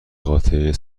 قاتلین